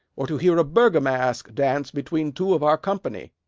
or to hear a bergomask dance between two of our company?